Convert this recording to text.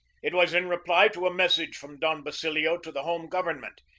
it was in reply to a message from don basilio to the home government,